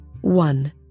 one